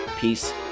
Peace